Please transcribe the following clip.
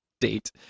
date